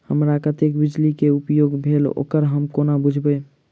हमरा कत्तेक बिजली कऽ उपयोग भेल ओकर हम कोना बुझबै?